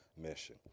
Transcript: mission